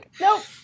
nope